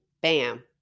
bam